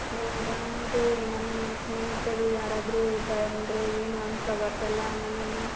ಹೌದಾ ಅದೇ ನನ್ನ ಸ್ನೇಹಿತರು ಯಾರಾದರೂ ಬಂದರೆ ಏನೂ ಅನ್ಕೋಬಾರ್ದಲ್ಲ ನನ್ನನ್ನು